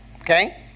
Okay